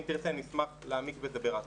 אם תרצי, אני אשמח להעמיק בזה ברצון.